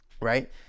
Right